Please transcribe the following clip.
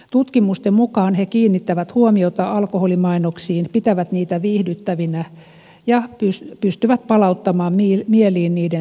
tutkimusten mukaan he kiinnittävät huomiota alkoholimainoksiin pitävät niitä viihdyttävinä ja pystyvät palauttamaan mieliin niiden sisältöjä